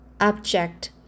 Object